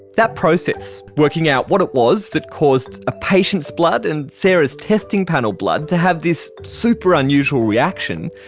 that process, working out what it was that caused a patient's blood and sarah's testing panel blood to have this super unusual reaction,